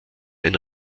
ein